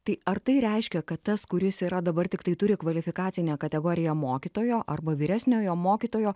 tai ar tai reiškia kad tas kuris yra dabar tiktai turi kvalifikacinę kategoriją mokytojo arba vyresniojo mokytojo